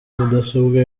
mudasobwa